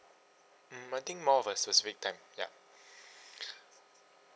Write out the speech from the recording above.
mm I think more of a specific time ya